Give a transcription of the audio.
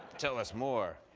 tell us more.